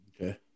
Okay